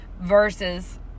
versus